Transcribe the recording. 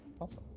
Awesome